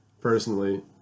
personally